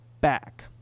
back